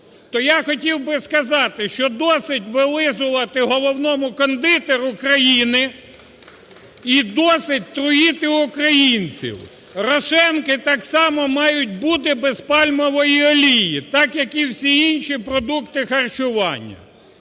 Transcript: То я хотів би сказати, що досить вилизувати головному кондитеру країни і досить труїти українців, рошенки так само мають бути без пальмової олії, так як і всі інші продукти харчування.